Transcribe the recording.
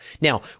Now